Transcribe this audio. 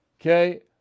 okay